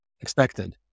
expected